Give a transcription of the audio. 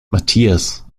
matthias